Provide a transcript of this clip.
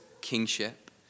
kingship